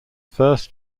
first